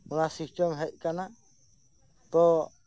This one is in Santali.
ᱚᱱᱟ ᱥᱤᱥᱴᱮᱢ ᱦᱮᱡ ᱟᱠᱟᱱᱟ ᱛᱚ